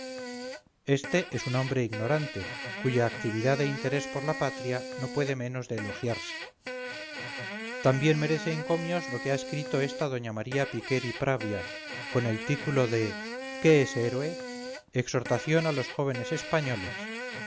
este es un hombre ignorante cuya actividad e interés por la patria no puede menos de elogiarse también merece encomios lo que ha escrito esta doña maría piquer y pravia con el título de qué es héroe exhortación a los jóvenes españoles